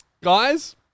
Guys